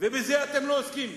ובזה אתם לא עוסקים.